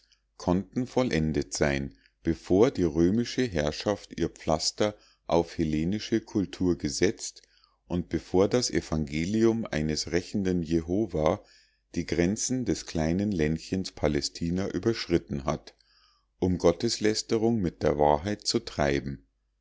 konnten vollendet sein bevor die römische herrschaft ihr pflaster auf hellenische kultur gesetzt und bevor das evangelium eines rächenden jehova die grenzen des kleinen ländchens palästina überschritten hat um gotteslästerung mit der wahrheit zu treiben